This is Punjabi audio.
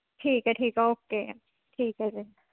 ਠੀਕ ਹੈ ਠੀਕ ਹੈ ਓਕੇ ਠੀਕ ਹੈ ਜੀ